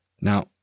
Now